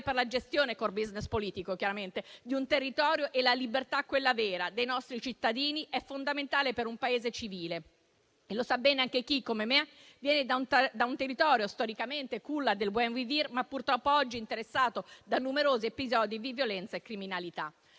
fondamentale per la gestione di un territorio e per la libertà, quella vera, dei nostri cittadini. È fondamentale per un Paese civile e lo sa bene anche chi, come me, viene da un territorio storicamente culla del *buen vivir*, ma, purtroppo, oggi interessato da numerosi episodi di violenza e criminalità.